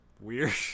weird